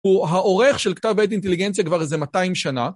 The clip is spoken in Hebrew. הוא העורך של כתב העט אינטליגנציה כבר איזה 200 שנה.